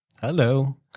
Hello